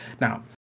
Now